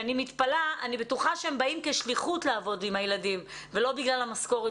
אני בטוחה שהם באים כשליחות לעבוד עם הילדים ולא בגלל המשכורת